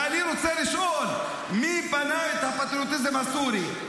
ואני רוצה לשאול: מי בנה את הפטריוטיזם הסורי?